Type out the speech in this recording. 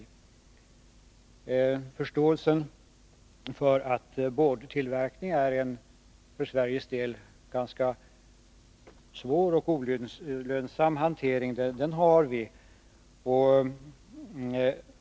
Vi har förståelse för att boardtillverkning är en för Sveriges del ganska svår och olönsam hantering.